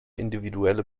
individuelle